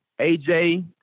AJ